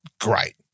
Great